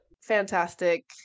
fantastic